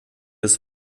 des